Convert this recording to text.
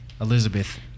Elizabeth